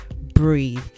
breathe